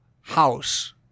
House